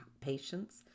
patients